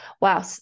Wow